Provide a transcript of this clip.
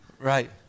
Right